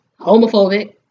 homophobic